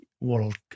World